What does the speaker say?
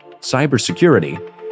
cybersecurity